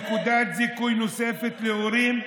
נקודת זיכוי נוספת להורים,